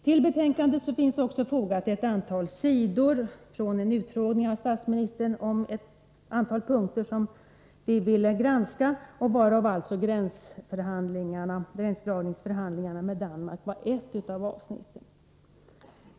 Till betänkandet har också fogats ett antal sidor från en utfrågning av statsministern som gäller vissa punkter som utskottet ville granska. Gränsdragningsförhandlingarna med Danmark var ett av avsnitten.